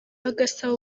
bagasaba